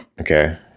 Okay